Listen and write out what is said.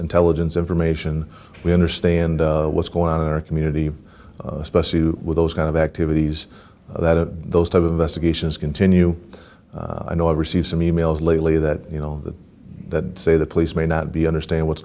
intelligence information we understand what's going on in our community especially with those kind of activities that those type of investigations continue i know i've received some e mails lately that you know that say the police may not be understand what's